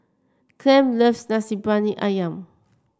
Clem loves Nasi Briyani ayam